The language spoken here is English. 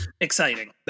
exciting